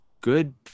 good